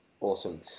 Awesome